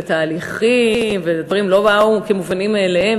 תהליכים ודברים לא באו כמובנים מאליהם,